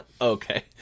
Okay